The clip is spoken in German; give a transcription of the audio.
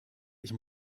ich